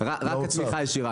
רק פלוס,